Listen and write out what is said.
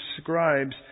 scribes